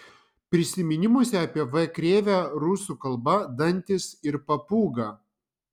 prisiminimuose apie v krėvę rusų kalba dantys ir papūga